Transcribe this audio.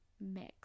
mix